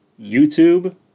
YouTube